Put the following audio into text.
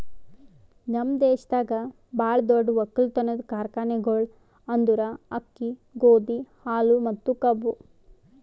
ನಮ್ ದೇಶದಾಗ್ ಭಾಳ ದೊಡ್ಡ ಒಕ್ಕಲತನದ್ ಕಾರ್ಖಾನೆಗೊಳ್ ಅಂದುರ್ ಅಕ್ಕಿ, ಗೋದಿ, ಹಾಲು ಮತ್ತ ಕಬ್ಬು